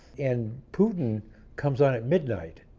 and putin comes on at midnight.